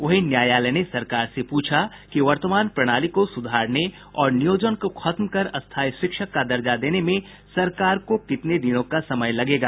वहीं न्यायालय ने सरकार से पूछा कि वर्तमान प्रणाली को सुधारने और नियोजन को खत्म कर स्थायी शिक्षक का दर्जा देने में सरकार को कितने दिनों का समय लगेगा